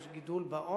יש גידול בעוני,